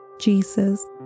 Jesus